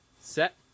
set